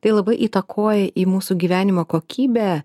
tai labai įtakoja į mūsų gyvenimo kokybę